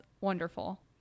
wonderful